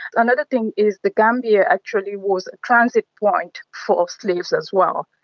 another thing is the gambia actually was a transit point for slaves as well.